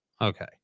Okay